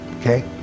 okay